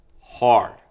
hard